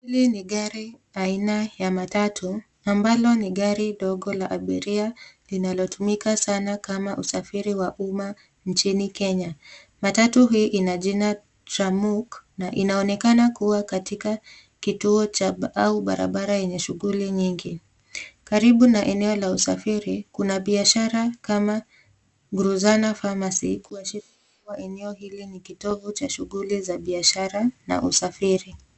Hili ni gari aina ya matatu, ambalo ni gari dogo la abiria linalotumika sana kama usafiri wa umma nchini Kenya. Matatu hii ina jina Tramuk na inaonekana kuwa katika kituo cha barabara yenye shughuli nyingi, karibu na eneo la usafiri kuna biashara kama Guruzana Pharmacy kuashiria kuwa eneo hili ni kitovu cha shughuli za biashara na usafiri.